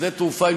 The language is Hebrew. שדה תעופה,